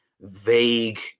vague